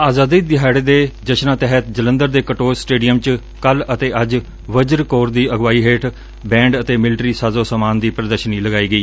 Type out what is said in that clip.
ਆਜ਼ਾਦੀ ਦਿਹਾੜੇ ਦੇ ਜਸ਼ਨਾਂ ਤਹਿਤ ਜਲੰਧਰ ਦੇ ਕਟੋਚ ਸਟੇਡੀਅਮ ਚ ਕੱਲੂ ਅਤੇ ਅੱਜ ਵਜਰਾ ਕੋਰ ਦੀ ਅਗਵਾਈ ਹੇਠ ਬੈਂਡ ਅਤੇ ਮਿਲਟਰੀ ਸਾਜ਼ੋ ਸਾਮਾਨ ਦੀ ਪ੍ਰਦਰਸ਼ਨੀ ਲਗਾਈ ਗਈ